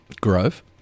Grove